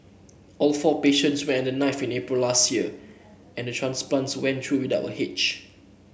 all four patients went under the knife in April last year and the transplants went through without a hitch